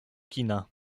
kina